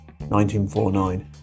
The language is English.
1949